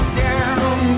down